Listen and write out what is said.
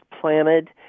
planted